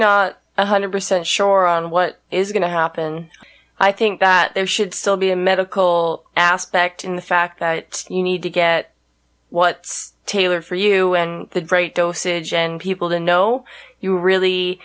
one hundred percent sure on what is going to happen i think that there should still be a medical aspect in the fact that you need to get what's tailored for you and the great dosage and people to know you really